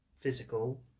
physical